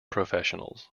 professionals